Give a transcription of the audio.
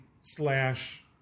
slash